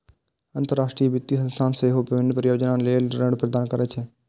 अंतरराष्ट्रीय वित्तीय संस्थान सेहो विभिन्न परियोजना लेल ऋण प्रदान करै छै